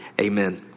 Amen